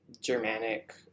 Germanic